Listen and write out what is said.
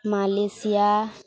Malaysia